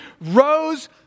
rose